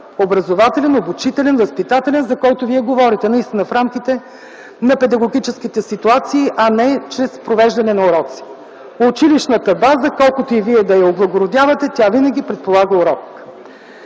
образователен, обучителен, възпитателен, за който Вие наистина говорите, в рамките на педагогическите ситуации, а не чрез провеждане на уроци. Училищната база, колкото и Вие да я облагородявате, тя винаги предполага урок.